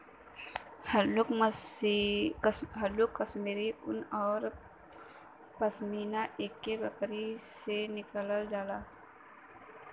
हल्लुक कश्मीरी उन औरु पसमिना एक्के बकरी से निकालल जाला